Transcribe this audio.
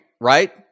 right